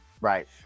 Right